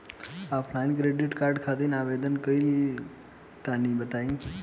Offline credit card खातिर आवेदन कइसे करि तनि बताई?